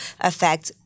affect